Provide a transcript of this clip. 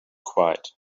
quiet